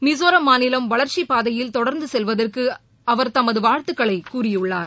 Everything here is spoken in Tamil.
மிசோரம் மாநிலம் வளர்ச்சிப்பாதையில் தொடர்ந்து செல்வதற்கு அவர் தமது வாழ்த்துக்களை கூறியுள்ளார்